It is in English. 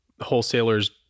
wholesalers